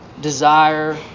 desire